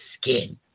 skin